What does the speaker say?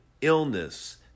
illness